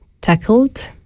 tackled